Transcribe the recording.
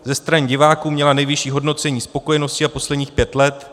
Ze strany diváků měla nejvyšší hodnocení spokojenosti za posledních pět let.